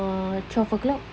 uh twelve o'clock